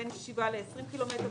בין 7 20 קילומטר,